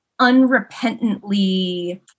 unrepentantly